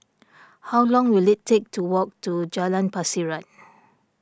how long will it take to walk to Jalan Pasiran